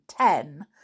ten